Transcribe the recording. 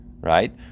right